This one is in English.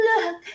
look